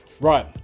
Right